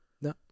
No